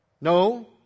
No